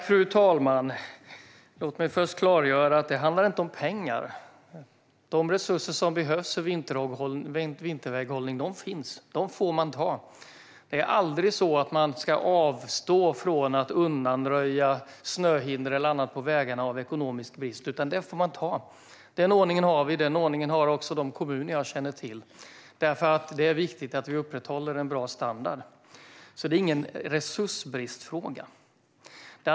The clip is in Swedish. Fru talman! Låt mig först klargöra att det inte handlar om pengar. De resurser som behövs för vinterväghållning finns. Dem får man ta. Man ska aldrig avstå från att undanröja snöhinder eller annat på vägarna på grund av ekonomisk brist, utan detta får man ta. Den ordningen har vi, och den ordningen har också de kommuner jag känner till. Det är viktigt att vi upprätthåller en bra standard. Detta är alltså ingen resursbristfråga.